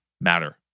matter